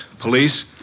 Police